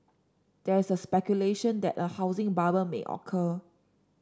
there is speculation that a housing bubble may occur